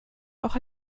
auch